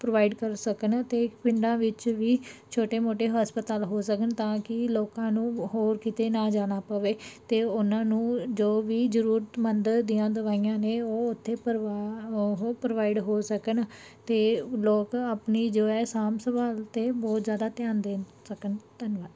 provide ਕਰ ਸਕਣ ਅਤੇ ਪਿੰਡਾਂ ਵਿੱਚ ਵੀ ਛੋਟੇ ਮੋਟੇ ਹਸਪਤਾਲ ਹੋ ਸਕਣ ਤਾਂ ਕਿ ਲੋਕਾਂ ਨੂੰ ਹੋਰ ਕਿਤੇ ਨਾ ਜਾਣਾ ਪਵੇ ਅਤੇ ਉਹਨਾਂ ਨੂੰ ਜੋ ਵੀ ਜ਼ਰੂਰਤਮੰਦ ਦੀਆਂ ਦਵਾਈਆਂ ਨੇ ਉਹ ਉੱਥੇ ਕਰਵਾ ਉਹ ਪ੍ਰੋਵਾਈਡ ਹੋ ਸਕਣ ਅਤੇ ਲੋਕ ਆਪਣੀ ਜੋ ਹੈ ਸਾਂਭ ਸੰਭਾਲ 'ਤੇ ਬਹੁਤ ਜ਼ਿਆਦਾ ਧਿਆਨ ਦੇ ਸਕਣ ਧੰਨਵਾਦ